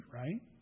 right